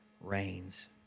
reigns